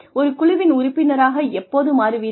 ஒரு குழுவின் உறுப்பினராக எப்போது மாறுவீர்கள்